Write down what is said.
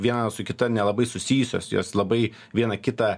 ir viena su kita nelabai susijusios jos labai vieną kitą